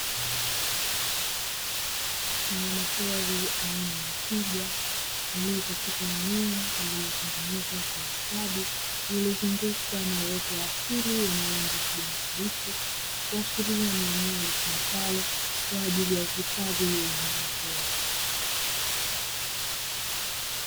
Mnyama pori aina ya twiga aliyekatika eneo lililotengenezwa kwa ustadi, lililozungukwa na uoto wa asili wenye rangi ya kijani kibichi, kuashiria ni eneo litumikalo kwa ajili ya uhifadhi wa wanyama pori.